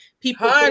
People